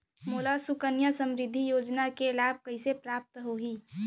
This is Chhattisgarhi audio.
मोला सुकन्या समृद्धि योजना के लाभ कइसे प्राप्त होही?